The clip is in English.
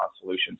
solutions